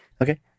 okay